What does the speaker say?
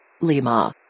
Lima